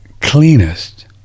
cleanest